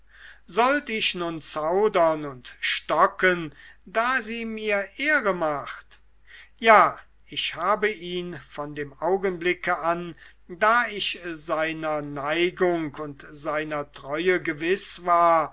sollte ich nun zaudern und stocken da sie mir ehre macht ja ich habe ihn von dem augenblick an da ich seiner neigung und seiner treue gewiß war